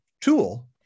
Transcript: tool